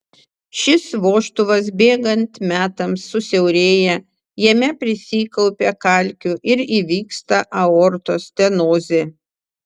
šis vožtuvas bėgant metams susiaurėja jame prisikaupia kalkių ir įvyksta aortos stenozė